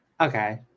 Okay